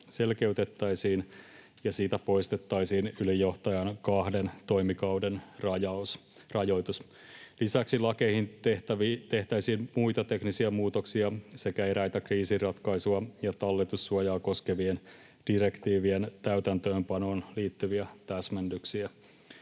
selkeytettäisiin, ja siitä poistettaisiin ylijohtajan kahden toimikauden rajoitus. Lisäksi lakeihin tehtäisiin muita teknisiä muutoksia sekä eräitä kriisinratkaisua ja talletussuojaa koskevien direktiivien täytäntöönpanoon liittyviä täsmennyksiä.